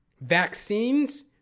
Vaccines